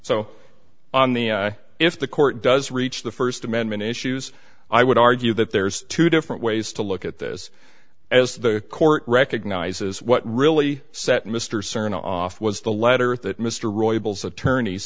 so on the if the court does reach the first amendment issues i would argue that there's two different ways to look at this as the court recognizes what really set mr cern off was the letter that mr royal's attorney